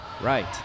Right